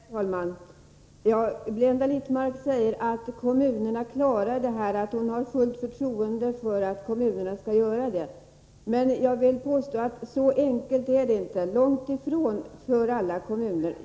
Herr talman! Blenda Littmarck säger att kommunerna klarar de minskade statsbidragen till färdtjänsten och att hon har fullt förtroende för kommunerna i detta avseende. Jag vill påstå att det långt ifrån är så enkelt för alla kommuner.